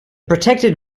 protected